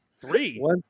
Three